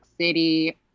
City